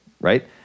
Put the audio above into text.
right